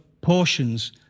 portions